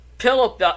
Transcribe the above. Pillow